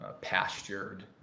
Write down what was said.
pastured